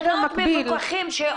מעונות מפוקחים,